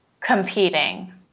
competing